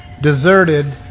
deserted